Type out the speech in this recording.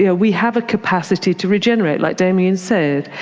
yeah we have a capacity to regenerate, like damien said.